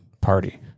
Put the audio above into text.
party